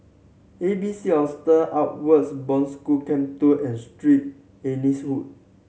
A B C Hostel Outward Bound School Camp Two and Street Anne's Wood